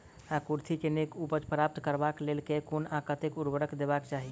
कुर्थी केँ नीक उपज प्राप्त करबाक लेल केँ कुन आ कतेक उर्वरक देबाक चाहि?